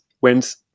went